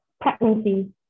pregnancy